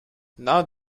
now